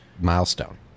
milestone